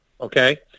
okay